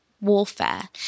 warfare